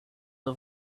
off